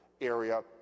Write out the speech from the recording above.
area